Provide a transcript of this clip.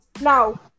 now